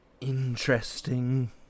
interesting